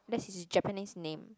that's his Japanese name